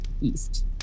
east